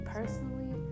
Personally